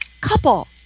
couple